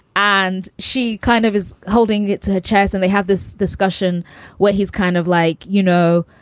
and she kind of is holding it to her chest. and they have this discussion where he's kind of like, you know,